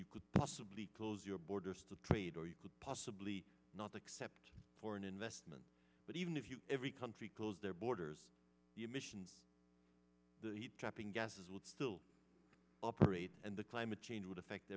you could possibly close your borders to trade or you could possibly not accept foreign investment but even if you every country closed their borders the emissions the heat trapping gases will still operate and the climate change would affect